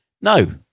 No